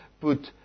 put